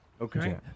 okay